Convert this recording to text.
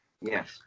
Yes